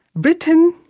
britain,